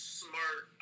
smart